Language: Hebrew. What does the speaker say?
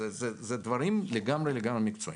אלה דברים לגמרי מקצועיים.